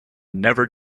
never